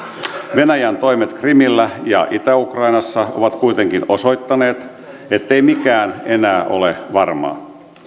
venäjän toimet krimillä ja itä ukrainassa ovat kuitenkin osoittaneet ettei mikään enää ole varmaa